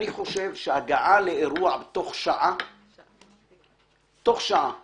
אני חושב שהגעה לאירוע בתוך שעה היא